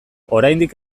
oraindik